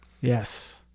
yes